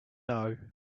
know